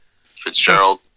Fitzgerald